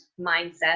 mindset